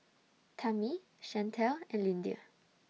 Tami Chantelle and Lyndia